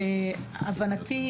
להבנתי,